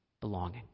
belonging